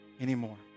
anymore